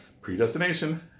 Predestination